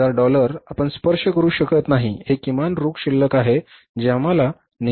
25000 dollar आपण स्पर्श करु शकत नाही हे किमान रोख शिल्लक आहे जे आम्हाला नेहमी रोख स्वरूपात ठेवावे लागेल